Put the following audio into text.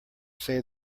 say